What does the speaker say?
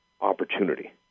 opportunity